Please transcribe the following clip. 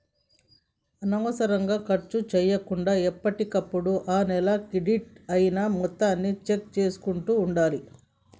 అనవసరంగా ఖర్చు చేయకుండా ఎప్పటికప్పుడు ఆ నెల క్రెడిట్ అయిన మొత్తాన్ని చెక్ చేసుకుంటూ ఉండాలి